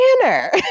dinner